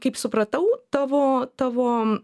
kaip supratau tavo tavo